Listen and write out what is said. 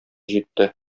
җитте